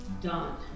done